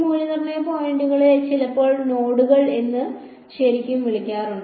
ഈ മൂല്യനിർണ്ണയ പോയിന്റുകളെ ചിലപ്പോൾ നോഡുകൾ ശരി എന്നും വിളിക്കുന്നു